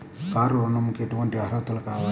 Car ఋణంకి ఎటువంటి అర్హతలు కావాలి?